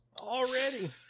Already